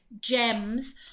gems